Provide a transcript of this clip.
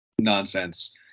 nonsense